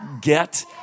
get